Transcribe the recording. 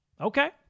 Okay